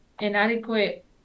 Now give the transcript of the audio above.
inadequate